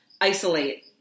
isolate